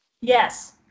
Yes